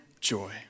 joy